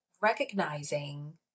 recognizing